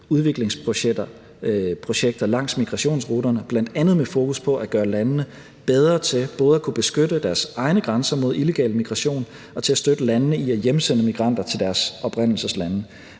udviklingsprojekter langs migrationsruterne, bl.a. med fokus på at gøre landene bedre til at kunne beskytte deres egne grænser mod illegal migration og på at støtte landene i at hjemsende migranter til deres oprindelseslande